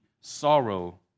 sorrow